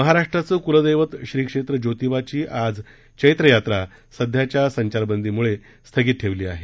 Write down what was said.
महाराष्ट्राचे कुलदैवत श्रीक्षेत्र ज्योतिबा ची आजची चैत्र यात्रा सध्याच्या संचारबंदी मुळे स्थगित करण्यात आली आहे